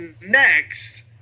next